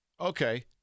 okay—